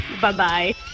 Bye-bye